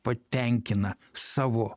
patenkina savo